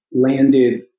landed